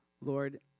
Lord